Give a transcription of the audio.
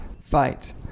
fight –